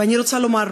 אני רוצה לומר,